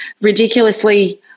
ridiculously